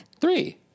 Three